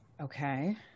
Okay